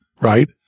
right